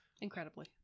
Incredibly